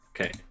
Okay